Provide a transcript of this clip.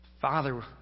Father